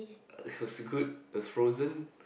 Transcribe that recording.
it was good as frozen